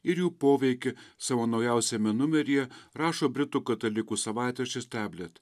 ir jų poveikį savo naujausiame numeryje rašo britų katalikų savaitraštis tablet